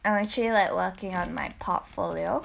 and I'm actually like working out my portfolio